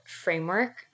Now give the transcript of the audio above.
framework